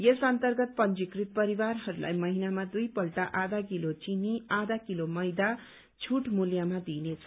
यस अन्तर्गत पंजीकृत परिवारहरूलाई महिनामा दुइपल्ट आया किलो चिनी आया किलो मैदा छूट मूल्यमा दिइनेछ